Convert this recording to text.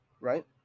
Right